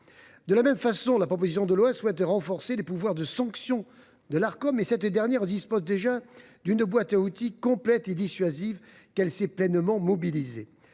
De la même façon, la proposition de loi vise à renforcer les pouvoirs de sanction de l’Arcom, mais cette dernière dispose déjà d’une boîte à outils complète et dissuasive qu’elle sait pleinement mobiliser.